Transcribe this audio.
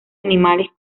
animales